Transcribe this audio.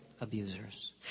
abusers